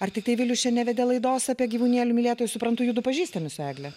ar tiktai vilius nevedė laidos apie gyvūnėlių mylėtojus suprantu judu pažįstami su egle